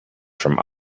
from